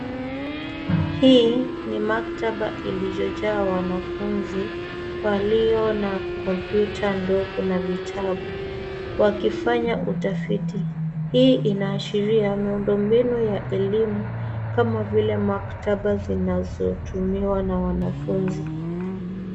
Hii ni maktaba iliyojaa wanafunzi walio na kompyuta ndogo na vitabu wakifanya utafiti. Hii inaashiria miundombinu ya elimu, kama vile maktaba zinazotumiwa na wanafunzi.